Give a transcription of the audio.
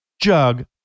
jug